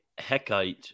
heckite